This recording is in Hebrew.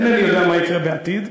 אינני יודע מה יקרה בעתיד,